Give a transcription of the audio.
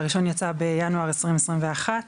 הראשון יצא בינואר 2021,